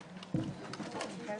בשעה